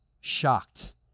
shocked